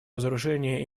разоружение